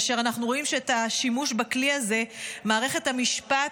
כאשר אנחנו רואים שאת השימוש בכלי הזה מערכת המשפט